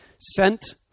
sent